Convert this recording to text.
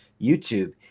YouTube